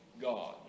God